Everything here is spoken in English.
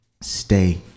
stay